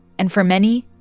and for many,